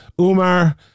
Umar